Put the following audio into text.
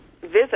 visit